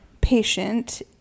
patient